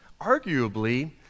arguably